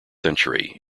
century